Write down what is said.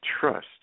trust